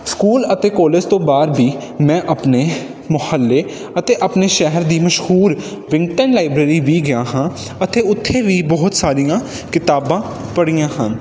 school ਅਤੇ college ਤੋਂ ਬਾਹਰ ਵੀ ਮੈਂ ਆਪਣੇ ਮੁਹੱਲੇ ਅਤੇ ਆਪਣੇ ਸ਼ਹਿਰ ਦੀ ਮਸ਼ਹੂਰ ਬਿੰਟਨ ਲਾਈਬ੍ਰੇਰੀ ਵੀ ਗਿਆ ਹਾਂ ਅਤੇ ਉੱਥੇ ਵੀ ਬਹੁਤ ਸਾਰੀਆਂ ਕਿਤਾਬਾਂ ਪੜ੍ਹੀਆਂ ਹਨ